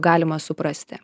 galima suprasti